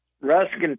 Ruskin